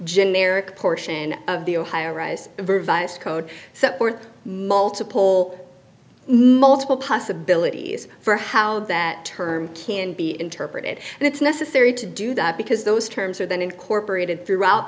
generic portion of the ohio arise the revised code so forth multiple multiple possibilities for how that term can be interpreted and it's necessary to do that because those terms are then incorporated throughout